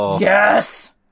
yes